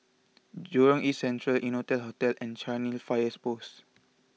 Jurong East Central Innotel Hotel and Cairnhill Fire Post